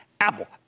Apple